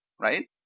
right